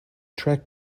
trek